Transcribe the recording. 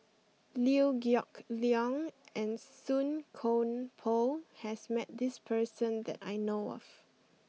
Liew Geok Leong and Song Koon Poh has met this person that I know of